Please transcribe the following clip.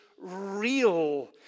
real